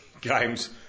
games